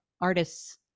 artists